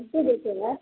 कैसे देते हैं